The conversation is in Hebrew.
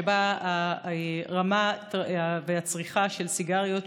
שבה הרמה והצריכה של סיגריות,